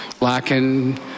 lacking